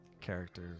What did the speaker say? character